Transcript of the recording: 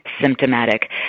symptomatic